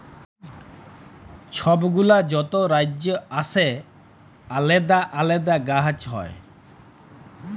ছব গুলা যত রাজ্যে আসে আলেদা আলেদা গাহাচ হ্যয়